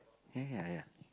ya ya ya